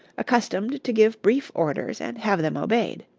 accustomed to give brief orders and have them obeyed.